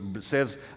says